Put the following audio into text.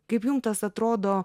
kaip jums tas atrodo